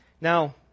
Now